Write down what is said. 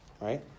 right